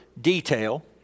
detail